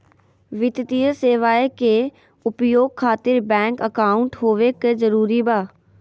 वित्तीय सेवाएं के उपयोग खातिर बैंक अकाउंट होबे का जरूरी बा?